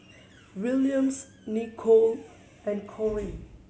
Williams Nicolle and Corine